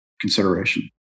consideration